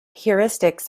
heuristics